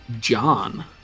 john